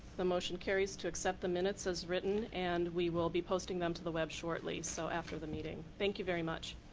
the motion carries to accept the minutes as written and we will be posting them to the web shortly. so after the meeting. thank you very much.